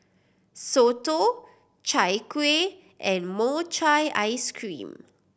soto Chai Kueh and mochi ice cream